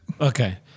Okay